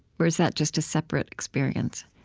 or is that just a separate experience?